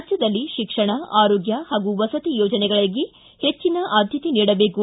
ರಾಜ್ಕದಲ್ಲಿ ಶಿಕ್ಷಣ ಆರೋಗ್ಕ ಹಾಗೂ ವಸತಿ ಯೋಜನೆಗಳಿಗೆ ಹೆಟ್ಟಿನ ಆದ್ಕತೆ ನೀಡಬೇಕು